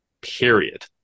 period